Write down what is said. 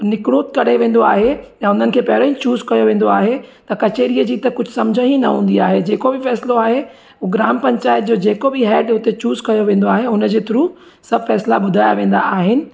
निकरुट करे वेंदो आहे या हुननि खे पहिरियों ई चुस कयो वेंदो आहे त कचहरीअ जी त कुझु सम्झ में ई न हूंदी आहे जेको बि फ़ैसलो आहे उहो ग्राम पंचायत जो जेको बि हेड उते चुस कयो वेंदो आहे हुन जे थ्रू सभु फ़ैसला ॿुधाया वेंदा आहिनि